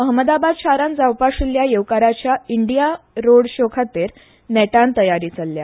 अहमदाबाद शारांत जावपा आशिल्ल्या येवकाराच्या इंडिया रोड शो खातीर नटान तयारी चल्ल्या